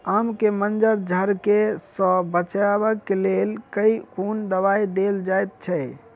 आम केँ मंजर झरके सऽ बचाब केँ लेल केँ कुन दवाई देल जाएँ छैय?